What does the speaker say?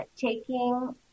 taking